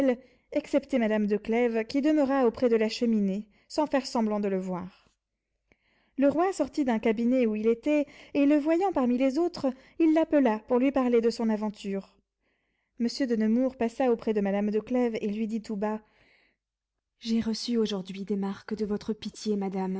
excepté madame de clèves qui demeura auprès de la cheminée sans faire semblant de le voir le roi sortit d'un cabinet où il était et le voyant parmi les autres il l'appela pour lui parler de son aventure monsieur de nemours passa auprès de madame de clèves et lui dit tout bas j'ai reçu aujourd'hui des marques de votre pitié madame